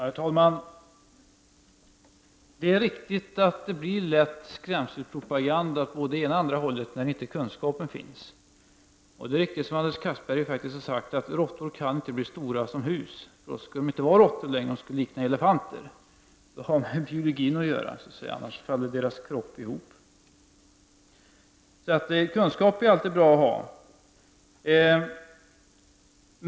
Herr talman! Det är riktigt att det lätt blir skrämselpropaganda på det ena eller andra hållet när inte kunskapen finns. Det är riktigt som Anders Castberger sade att råttor inte kan bli stora som hus. Då skulle de inte vara råttor längre, de skulle likna elefanter. Det har med biologin att göra, så att säga, deras kroppar skulle falla ihop. Kunskap är alltid bra att ha.